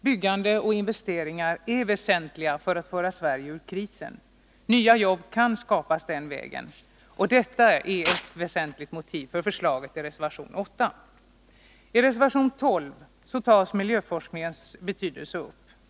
Byggande och investeringar är väsentliga för att föra Sverige ur krisen. Nya jobb kan skapas den vägen. Detta är ett väsentligt motiv för förslaget i reservation 8. I reservation 12 tas miljöforskningens betydelse upp.